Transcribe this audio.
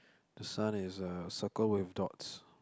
the sun is uh circle with dots